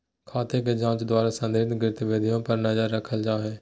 खाते के जांच द्वारा संदिग्ध गतिविधियों पर नजर रखल जा हइ